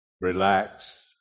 relax